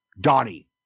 Donnie